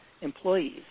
employees